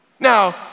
Now